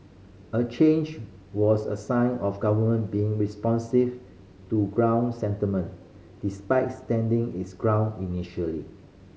a change was a sign of government being responsive to ground sentiment despite standing its ground initially